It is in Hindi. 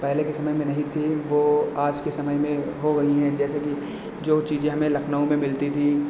पहले के समय में नहीं थी वह आज के समय में हो गई हैं जैसे कि जो चीज़ें हमें लखनऊ में मिलती थी